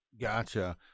Gotcha